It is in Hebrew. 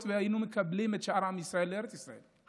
והיינו מקבלים את שאר עם ישראל בארץ ישראל.